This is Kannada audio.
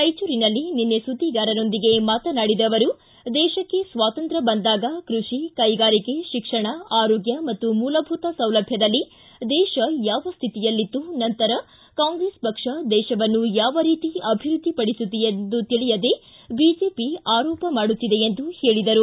ರಾಯಚೂರಿನಲ್ಲಿ ನಿನ್ನೆ ಸುದ್ದಿಗಾರರೊಂದಿಗೆ ಮಾತನಾಡಿದ ಅವರು ದೇಶಕ್ಕೆ ಸ್ವಾತಂತ್ರ್ತ ಬಂದಾಗ ಕೃಷಿ ಕೈಗಾರಿಕೆ ಶಿಕ್ಷಣ ಆರೋಗ್ಯ ಮತ್ತು ಮೂಲಭೂತ ಸೌಲಭ್ಧದಲ್ಲಿ ದೇಶ ಯಾವ ಸ್ಥಿತಿಯಲ್ಲಿತ್ತು ನಂತರ ಕಾಂಗ್ರೆಸ್ ಪಕ್ಷ ದೇಶವನ್ನು ಯಾವ ರೀತಿ ಅಭಿವೃದ್ಧಿ ಪಡಿಸಿತು ಎಂದು ತಿಳಿಯದೇ ಬಿಜೆಪಿ ಆರೋಪ ಮಾಡುತ್ತಿದೆ ಎಂದು ಹೇಳಿದರು